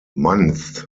months